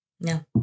No